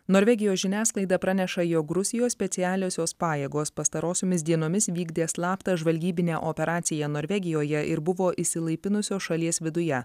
norvegijos žiniasklaida praneša jog rusijos specialiosios pajėgos pastarosiomis dienomis vykdė slaptą žvalgybinę operaciją norvegijoje ir buvo išsilaipinusios šalies viduje